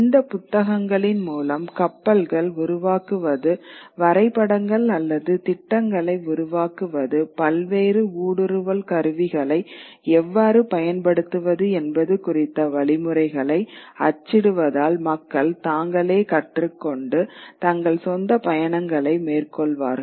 இந்த புத்தகங்களின் மூலம் கப்பல்கள் உருவாக்குவதுவரைபடங்கள் அல்லது திட்டங்களை உருவாக்குவது பல்வேறு ஊடுருவல் கருவிகளை எவ்வாறு பயன்படுத்துவது என்பது குறித்த வழிமுறைகளை அச்சிடுவதால் மக்கள் தாங்களே கற்றுக் கொண்டு தங்கள் சொந்த பயணங்களை மேற்கொள்வார்கள்